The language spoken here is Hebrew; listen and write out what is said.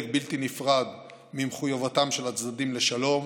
בלתי נפרד ממחויבותם של הצדדים לשלום,